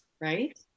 right